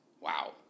wow